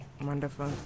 Wonderful